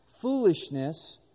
foolishness